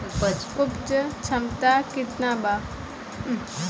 उपज क्षमता केतना वा?